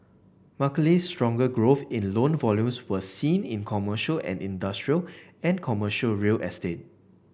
mark stronger growth in loan volumes was seen in commercial and industrial and commercial real estate